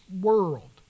world